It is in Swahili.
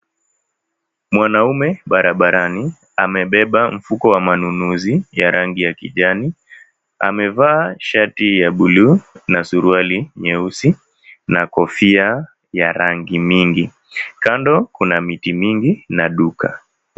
Mwanaume barabarani amebeba mfuko wamanuzi ya rangi ya kijani amevaa shati ya bluu na suruali nyeusi na kofia ya rangi nyingi kando kuna miti mingi na duka.